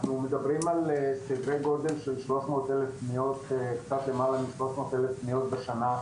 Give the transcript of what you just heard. אנחנו מדברים על סדרי גודל של קצת למעלה מ-300 אלף פניות בשנת